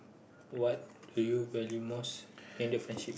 what do you value most in a friendship